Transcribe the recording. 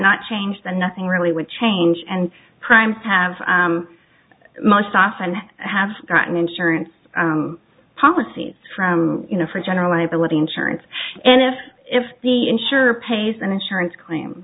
not change the nothing really would change and crimes have most often have gotten insurance policies from you know for general liability insurance and if if the insurer pays an insurance claim